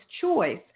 choice